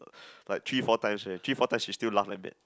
like three four times eh three four times she still laugh at that